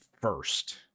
first